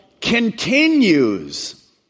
continues